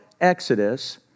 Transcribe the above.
Exodus